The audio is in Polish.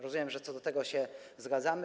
Rozumiem, że co do tego się zgadzamy.